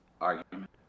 argument